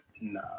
nah